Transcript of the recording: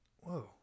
Whoa